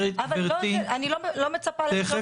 גבירתי, תכף אשבח.